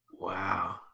Wow